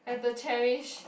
have to cherish